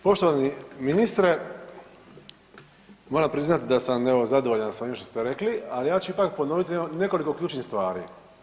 Poštovani ministre, moram priznati da sam evo, zadovoljan s ovim što ste rekli, ali ja ću ipak ponoviti nekoliko ključnih stvari.